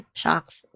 shocks